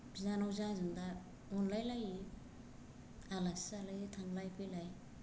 बिनानावजों आंजों दा अनलायलायो आलासि जालायो थांलाय फैलाय